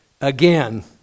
again